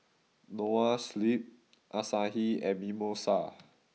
Noa Sleep Asahi and Mimosa